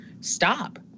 stop